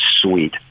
sweet